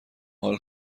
حال